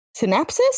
synapses